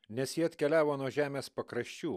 nes jie atkeliavo nuo žemės pakraščių